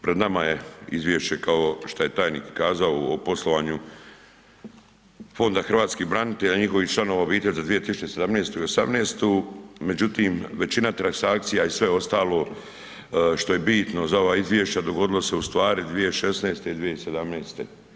Pred nama je izvješće, kao što je tajnik kazao, o poslovanju Fonda hrvatskih branitelja i njihovih članova obitelji za 2017. i 2018., međutim, većina transakcija i sve ostalo što je bitno za ova izvješća, dogodilo se ustvari 2016. i 2017.